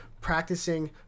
practicing